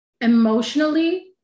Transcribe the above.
emotionally